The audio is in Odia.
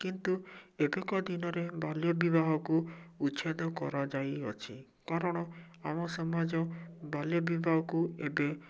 କିନ୍ତୁ ଏବେକା ଦିନରେ ବାଲ୍ୟ ବିବାହକୁ ଉଚ୍ଛେଦ କରାଯାଇଅଛି କାରଣ ଆମ ସମାଜ ବାଲ୍ୟ ବିବାହକୁ ଏବେ